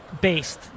based